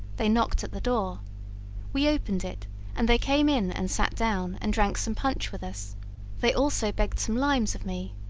they knocked at the door we opened it and they came in and sat down, and drank some punch with us they also begged some limes of me,